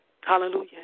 Hallelujah